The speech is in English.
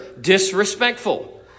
disrespectful